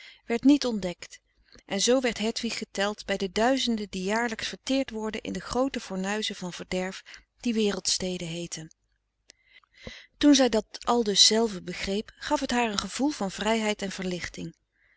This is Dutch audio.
werd niet ontdekt en zoo werd hedwig geteld bij de duizenden die jaarlijks verteerd worden in de groote fornuizen van verderf die wereldsteden heeten toen zij dat aldus zelve begreep gaf het haar een gevoel van vrijheid en verlichting